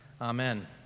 Amen